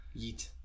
Yeet